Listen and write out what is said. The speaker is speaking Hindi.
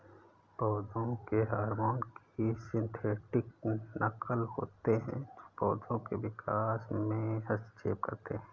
पौधों के हार्मोन की सिंथेटिक नक़ल होते है जो पोधो के विकास में हस्तक्षेप करते है